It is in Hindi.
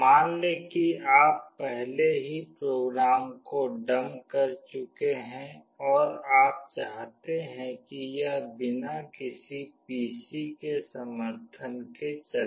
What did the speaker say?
मान लें कि आप पहले ही प्रोग्राम को डंप कर चुके हैं और आप चाहते हैं कि यह बिना किसी पीसी के समर्थन के चले